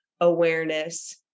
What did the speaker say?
awareness